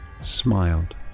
smiled